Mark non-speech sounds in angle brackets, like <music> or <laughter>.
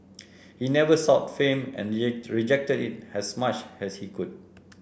he never sought fame and <noise> rejected it as much as he could